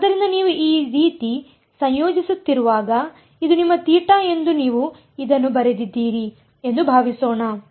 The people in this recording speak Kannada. ಆದ್ದರಿಂದ ನೀವು ಈ ರೀತಿ ಸಂಯೋಜಿಸುತ್ತಿರುವಾಗ ಇದು ನಿಮ್ಮ ಥೀಟಾ ಎಂದು ನೀವು ಇದನ್ನು ಬರೆದಿದ್ದೀರಿ ಎಂದು ಭಾವಿಸೋಣ